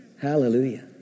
Hallelujah